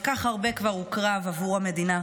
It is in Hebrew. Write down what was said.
כל כך הרבה כבר הוקרב עבור המדינה,